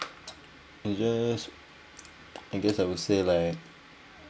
you just in case I would say like